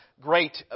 great